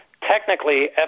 technically